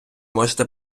можете